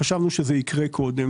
חשבנו שזה יקרה קודם,